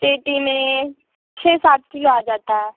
पेटी में छह सात किलो आ जाता है